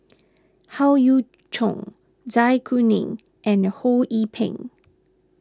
Howe Yoon Chong Zai Kuning and Ho Yee Ping